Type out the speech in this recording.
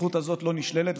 הזכות הזאת לא נשללת,